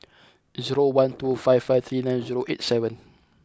zero one two five five three nine zero eight seven